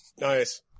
Nice